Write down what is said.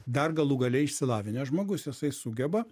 dar galų gale išsilavinęs žmogus jisai sugeba